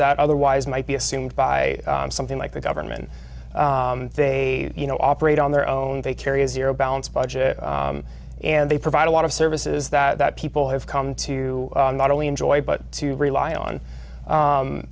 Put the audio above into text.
that otherwise might be assumed by something like the government they you know operate on their own they carry a zero balance budget and they provide a lot of services that people have come to not only enjoy but to rely on